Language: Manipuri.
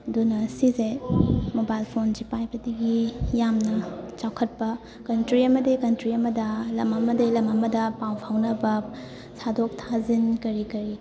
ꯑꯗꯨꯅ ꯁꯤꯁꯦ ꯃꯣꯕꯥꯏꯜ ꯐꯣꯟꯁꯦ ꯄꯥꯏꯕꯗꯒꯤ ꯌꯥꯝꯅ ꯆꯥꯎꯈꯠꯄ ꯀꯟꯇ꯭ꯔꯤ ꯑꯃꯗꯒꯤ ꯀꯟꯇ꯭ꯔꯤ ꯑꯃꯗ ꯂꯝ ꯑꯃꯗꯒꯤ ꯂꯝ ꯑꯃꯗ ꯄꯥꯎ ꯐꯥꯎꯅꯕ ꯊꯥꯗꯣꯛ ꯊꯥꯖꯤꯟ ꯀꯔꯤ ꯀꯔꯤ